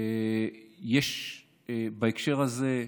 בהקשר הזה,